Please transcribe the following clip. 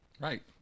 Right